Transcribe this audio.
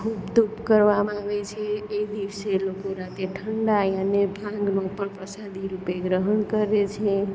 ખૂબ ધૂપ કરવામાં આવે છે એ દિવસે લોકો રાતે ઠંડાઈ અને ભાંગનો પણ પ્રસાદી રૂપે ગ્રહણ કરે છે